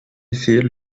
effet